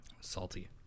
Salty